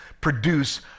produce